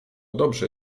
dobrze